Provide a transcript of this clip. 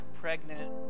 pregnant